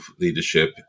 leadership